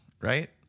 right